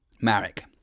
Marek